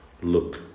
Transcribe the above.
look